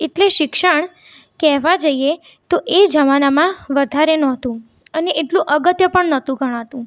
એટલે શિક્ષણ કહેવા જઇએ તો એ જમાનામાં વધારે નહોતું અને એટલું અગત્ય પણ નહોતું ગણાતું